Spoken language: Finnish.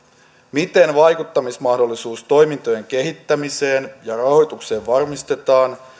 miten vaikuttamismahdollisuus toimintojen kehittämiseen ja rahoitukseen varmistetaan